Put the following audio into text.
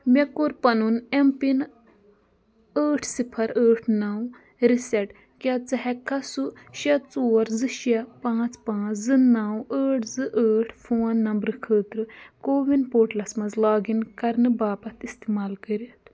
مےٚ کوٚر پَنُن ایم پِن ٲٹھ صِفر ٲٹھ نَو رِیسیٚٹ کیٛاہ ژٕ ہیٚکٕکھا سُہ شےٚ ژور زٕ شےٚ پانٛژھ پانٛژھ زٕ نَو ٲٹھ زٕ ٲٹھ فون نمبرٕ خٲطرٕ کووِن پورٹلس مَنٛز لاگ اِن کَرنہٕ باپتھ اِستعمال کٔرِتھ